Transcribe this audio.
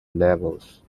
levels